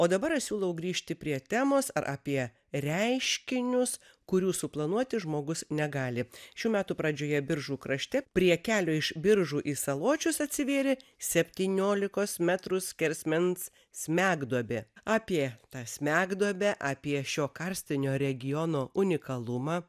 o dabar aš siūlau grįžti prie temos ar apie reiškinius kurių suplanuoti žmogus negali šių metų pradžioje biržų krašte prie kelio iš biržų į saločius atsivėrė septyniolikos metrų skersmens smegduobė apie tą smegduobę apie šio karstinio regiono unikalumą